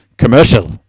commercial